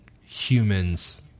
humans